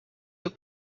your